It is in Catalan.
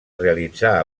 realitzar